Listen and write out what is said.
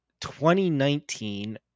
2019